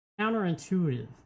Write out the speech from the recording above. counterintuitive